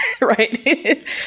right